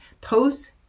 posts